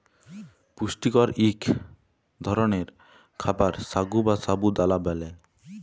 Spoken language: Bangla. পুষ্টিকর ইক ধরলের খাবার সাগু বা সাবু দালা ব্যালে